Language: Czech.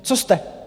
Co jste?